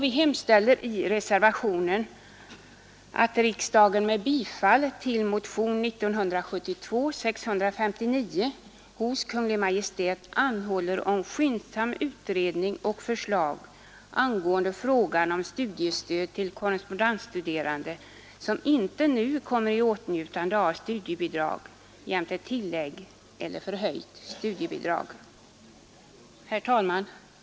Vi hemställer i reservationen, att riksdagen med bifall till motionen 659 hos Kungl. Maj:t anhåller om skyndsam utredning och förslag angående frågan om studiestöd till korrespondensstuderande som inte nu kommer i åtnjutande av studiebidrag jämte tillägg eller förhöjt studiebidrag. Herr talman!